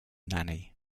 nanny